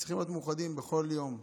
צריך להיות מאוחדים בכל יום.